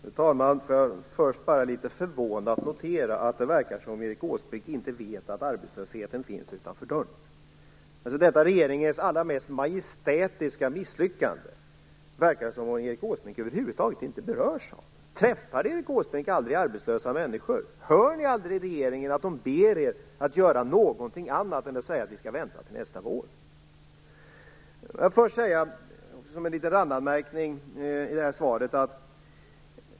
Fru talman! Får jag först bara litet förvånat notera att det verkar som om Erik Åsbrink inte vet att arbetslösheten finns utanför dörren. Det verkar som om Erik Åsbrink över huvud taget inte berörs av detta regeringens allra mest majestätiska misslyckande. Träffar Erik Åsbrink aldrig arbetslösa människor? Hör ni i regeringen aldrig att de ber er att göra någonting annat än att säga att de skall vänta till nästa vår? Jag vill först göra en randanmärkning till svaret.